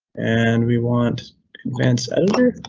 and we want advanced editor.